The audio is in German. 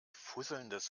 fusselndes